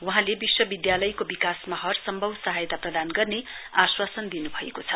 वहाँले विश्वविधालयको विकासमा हरसम्भव सहायता प्रदान गर्ने आश्वासन दिन्भएको छ